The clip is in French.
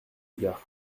égard